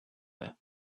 her